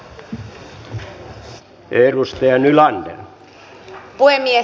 kannatan ehdotusta